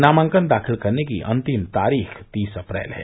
नामांकन दाखिल करने की अन्तिम तारीख तीस अप्रैल है